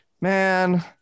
man